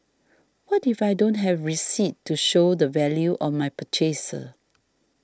what if I don't have receipts to show the value of my purchases